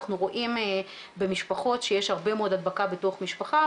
אנחנו רואים במשפחות שיש הרבה מאוד הדבקה בתוך משפחה,